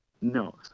No